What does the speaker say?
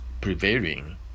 prevailing